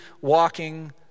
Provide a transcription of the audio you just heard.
walking